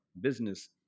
business